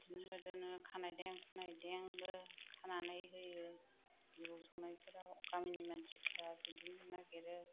बिदिनो दोनो खानायदें खुनायदेंबो खानानै होयो जिबौ सौनाय फोराव गामिनि मानसिफोरा बिदिनो नागिरो